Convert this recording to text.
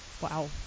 wow